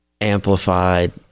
amplified